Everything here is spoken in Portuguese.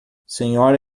senhora